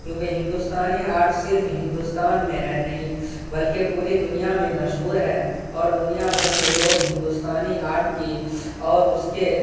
کیونکہ ہندوستانی آرٹ صرف ہندوستان میں ہے نہیں بلکہ پوری دنیا میں مشہور ہے اور دنیا بھر کے لوگ ہندوستانی آرٹ کی اور اس کے